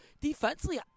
defensively